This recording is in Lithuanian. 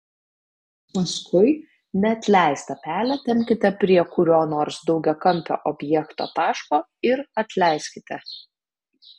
paskui neatleistą pelę tempkite prie kurio nors daugiakampio objekto taško ir atleiskite